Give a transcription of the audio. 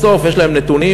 בסוף יש להם נתונים,